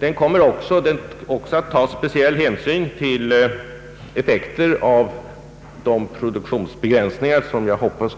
Man kommer också att ta speciell hänsyn så att de som jag hoppas